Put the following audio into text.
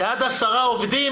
שעד עשרה עובדים,